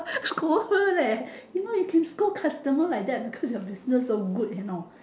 scold her leh you know you can scold customer like that because your business so good you know